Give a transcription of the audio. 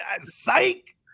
psych